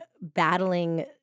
battling